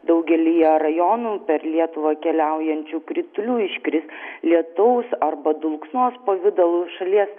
daugelyje rajonų per lietuvą keliaujančių kritulių iškris lietaus arba dulksnos pavidalu šalies